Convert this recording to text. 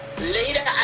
Later